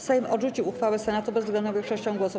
Sejm odrzucił uchwałę Senatu bezwzględną większością głosów.